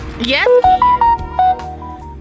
Yes